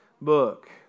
book